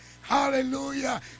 Hallelujah